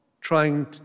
trying